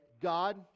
God